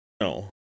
No